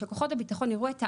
שכוחות הביטחון יראו את העלות,